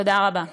תודה רבה.